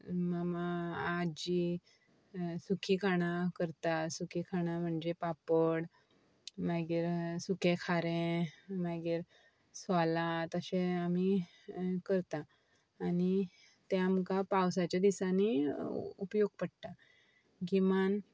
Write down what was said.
मामा आज्जी सुखी खाणां करता सुखी खाणां म्हणजे पापड मागरी सुखी खारें मागीर सोलां तशें आमी करता आनी तें आमकां पावसाच्या दिसांनी उपयोग पडटा गिमान